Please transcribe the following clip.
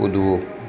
કૂદવું